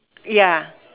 ya